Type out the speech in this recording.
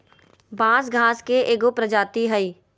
बांस घास के एगो प्रजाती हइ